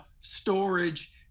storage